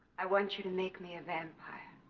i want you to make me a vampire